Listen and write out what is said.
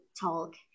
talk